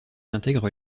intègre